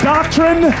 Doctrine